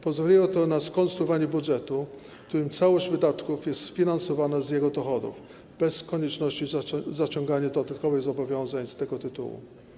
Pozwoliło to na skonstruowanie budżetu, w którym całość wydatków jest sfinansowana z jego dochodów, bez konieczności zaciągania dodatkowych zobowiązań z tego tytułu.